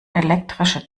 elektrische